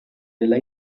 nella